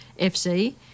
FC